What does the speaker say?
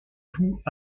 tout